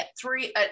three